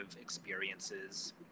experiences